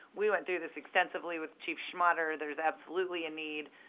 we went through this extensively with chief schmaderer there's absolutely a need.